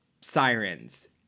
Sirens